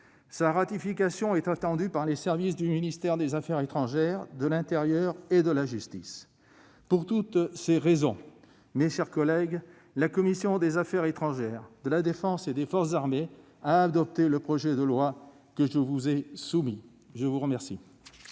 Son approbation est attendue par les services des ministères des affaires étrangères, de l'intérieur et de la justice. Pour toutes ces raisons, mes chers collègues, la commission des affaires étrangères, de la défense et des forces armées vous invite à adopter le projet de loi qui nous est soumis. La parole